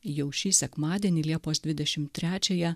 jau šį sekmadienį liepos dvidešim trečiąją